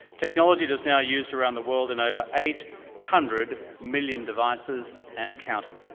technology that's now used around the world in over eight hundred million devices and counting.